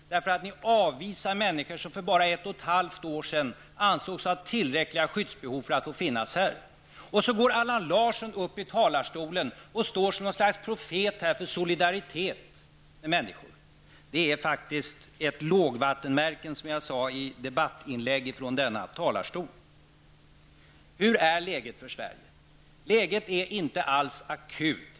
Ni avvisar människor som för bara ett och ett halvt år sedan ansågs ha tillräckliga skyddsbehov för att få finnas här. Sedan går Allan Larsson upp i talarstolen och står som något slags profet för solidaritet med människor. Som jag sade i ett debattinlägg är det faktiskt ett lågvattenmärke. Hur är läget för Sverige? Det är inte alls akut.